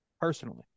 Personally